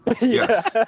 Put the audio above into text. Yes